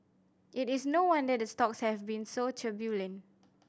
it is no wonder the stocks have been so turbulent